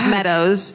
Meadows